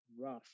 rough